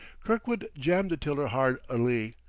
kirkwood jammed the tiller hard alee,